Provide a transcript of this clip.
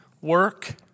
Work